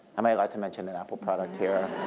am i allowed to mention an apple product here?